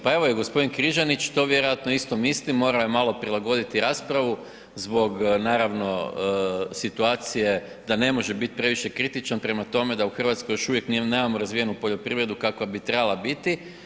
Pa evo, i g. Križanić to vjerojatno isto misli, morao je malo prilagoditi raspravu zbog naravno situacije da ne može biti previše kritičan prema tome da u Hrvatskoj još uvijek nemamo razvijenu poljoprivredu kakva bi trebala biti.